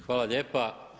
Hvala lijepa.